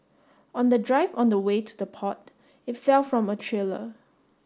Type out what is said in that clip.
on the drive on the way to the port it fell from a trailer